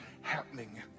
happening